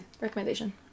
recommendation